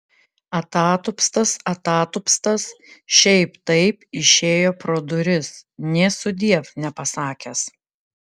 atatupstas atatupstas šiaip taip išėjo pro duris nė sudiev nepasakęs